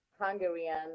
Hungarian